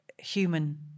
human